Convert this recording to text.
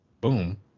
boom